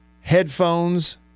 headphones